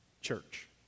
church